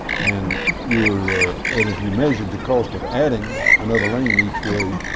and your and if you measure the cost of adding another lane each way